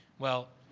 well,